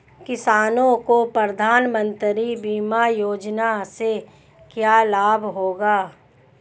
किसानों को प्रधानमंत्री बीमा योजना से क्या लाभ होगा?